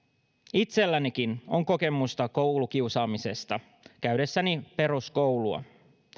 itsellänikin on kokemusta koulukiusaamisesta käydessäni peruskoulua